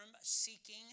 seeking